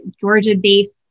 Georgia-based